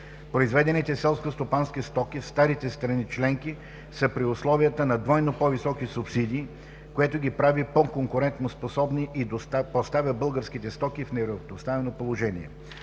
Произведените селскостопански стоки в старите страни членки са при условията на двойно по-високи субсидии, което ги прави по-конкурентоспособни и поставя българските стоки в неравнопоставено положение.